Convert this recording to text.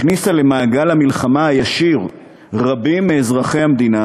הכניסה למעגל המלחמה הישיר רבים מאזרחי המדינה,